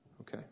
Okay